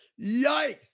Yikes